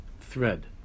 thread